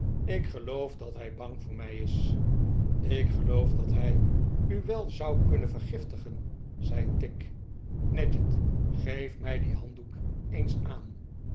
ik geloof dat hij bang voor mij is ik geloof dat hij u wel zou kunnen vergiftigen zei tigg nadgett r geef mij dien handdoek eens aan